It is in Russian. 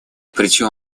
причем